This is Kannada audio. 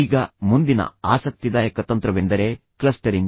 ಈಗ ಮುಂದಿನ ಆಸಕ್ತಿದಾಯಕ ತಂತ್ರವೆಂದರೆ ಕ್ಲಸ್ಟರಿಂಗ್